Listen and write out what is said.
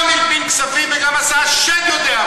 גם הלבין כספים וגם עשה השד-יודע-מה,